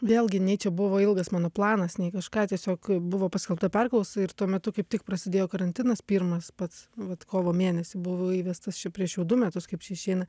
vėlgi nei čia buvo ilgas mano planas ne kažką tiesiog buvo paskelbta perklausa ir tuo metu kaip tik prasidėjo karantinas pirmas pats vat kovo mėnesį buvo įvestas ši prieš jau du metus kaip čia išeina